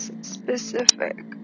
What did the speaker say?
Specific